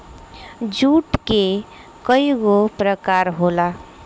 जुट के कइगो प्रकार होला